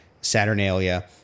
Saturnalia